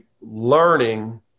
learning